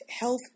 Health